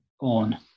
on